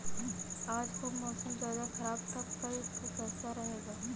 आज का मौसम ज्यादा ख़राब था कल का कैसा रहेगा?